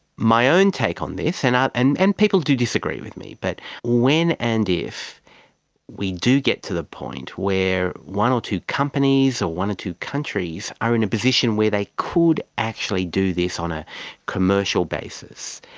my own take on this, and um and and people do disagree with me, but when and if we do get to the point where one or two companies or one or two countries are in a position where they could actually do this on a commercial basis,